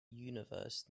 universe